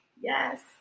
Yes